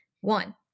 one